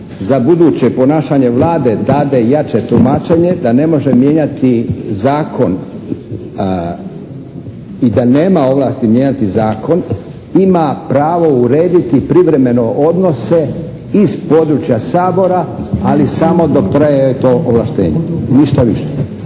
za buduće ponašanje Vlade dade jače tumačenje d ne može mijenjati zakon i da nema ovlasti mijenjati zakon, ima pravo urediti privremeno odnose iz područja Sabora, ali samo dok traje to ovlaštenje. Ništa više.